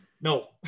No